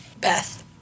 beth